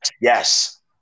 Yes